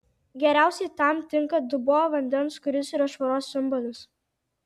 geriausiai tam tinka dubuo vandens kuris yra švaros simbolis